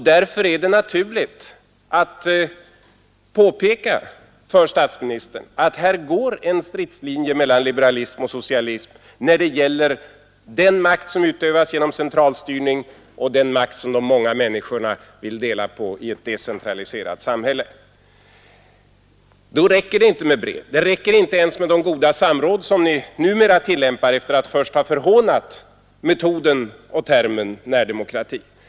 Därför är det naturligt att påpeka att det går en stridslinje mellan liberalism och socialism när det gäller den makt som utövas genom centralstyrning och den makt som de många människorna vill dela på i ett decentraliserat samhälle. Då räcker det inte med brev; det räcker inte ens med de goda samråd som ni numera tillämpar efter att först ha förhånat metoden och termen närdemokrati.